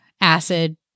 Acid